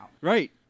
Right